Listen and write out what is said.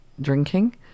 drinking